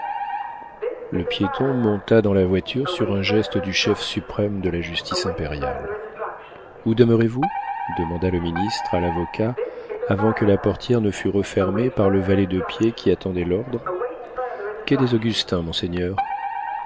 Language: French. le piéton monta dans la voiture sur un geste du chef suprême de la justice impériale où demeurez-vous demanda le ministre à l'avocat avant que la portière ne fût refermée par le valet de pied qui attendait l'ordre quai des augustins monseigneur